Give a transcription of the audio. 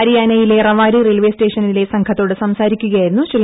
ഹരിയാനയിലെ റവാരി റെയിൽവേ സ്റ്റേഷനിലെ സംഘത്തോട് സംസാരിക്കുകയായിരുന്നു ശ്രീ